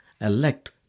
elect